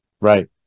Right